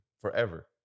forever